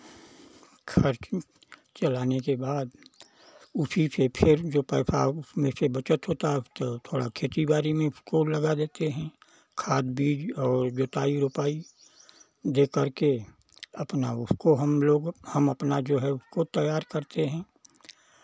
खर्च चलाने के बाद उसी से फिर जो पैसा उसमें से बचत होता है तो थोड़ा खेती बारी में उसको लगा देते हैं खाद बीज और जोताई रोपाई देकर के अपना उसको हमलोग हम अपना जो है उसको तैयार करते हैं